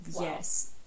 Yes